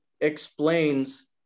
explains